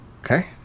Okay